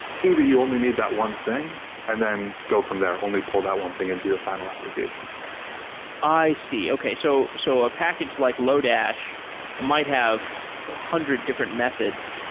see the you only need that one thing and then go from there. only pull that one thing into your final application i see. okay. so so a package like lodash might have hundred different methods.